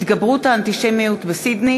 התגברות האנטישמיות בסידני,